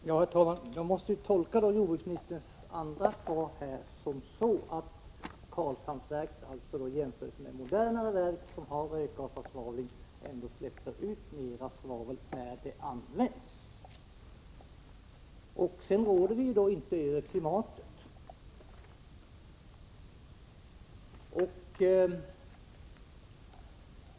Herr talman! Jag måste tolka jordbruksministerns andra anförande som att Karlshamnsverket, i jämförelse med moderna verk som har rökgasavsvavling, släpper ut mer svavel när det används. Vi råder inte över klimatet.